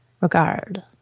regard